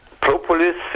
Propolis